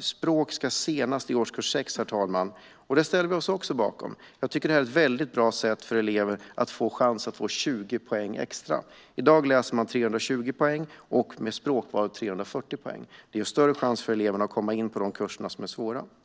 Språk ska väljas senast i årskurs 6. Detta ställer vi oss bakom. Jag tycker att det här är ett väldigt bra sätt för eleven att kunna få 20 poäng extra. I dag läser man 320 poäng, och med språkvalet blir det 340 poäng. Detta ger eleverna större chans att komma in på de kurser som är svåra att komma